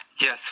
Yes